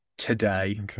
today